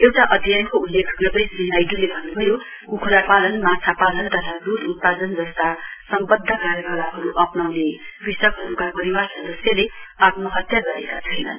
एउटा अध्ययनको उल्लेख गर्दै श्री नाइड्ले भन्न्भयो क्ख्रापालन मालापालन तथा दूध उत्पादन जस्ता सम्वनध्द कार्यकलापहरू अप्नाउने कृषकहरूका परिवार सदस्यले आत्महत्या गरेका छैनन्